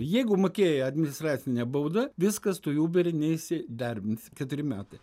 jeigu mokėjai administracinę baudą viskas tu į uberį neįsidarbinsi keturi metai